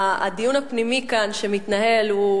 הדיון הפנימי שמתנהל כאן,